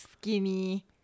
skinny